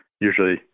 Usually